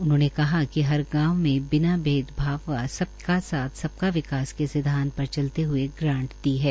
उन्होंने कहा कि हर गांव में बिना भेदभाव व सबका साथ सबका विकास के सिद्वांत पर चलते हए ग्रांट दी है